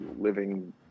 living